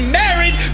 married